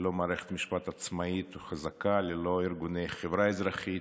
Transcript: ללא מערכת משפט עצמאית וחזקה וללא ארגוני חברה אזרחית,